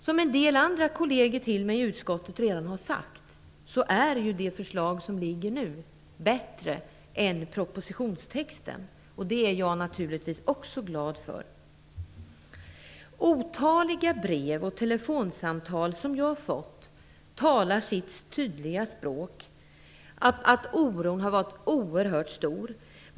Som en del andra kolleger till mig i utskottet redan har sagt är det förslag som föreligger nu bättre än propositionstexten, och det är jag naturligtvis också glad för. Otaliga brev och telefonsamtal som jag har fått talar sitt tydliga språk om att oron har varit oerhört stor.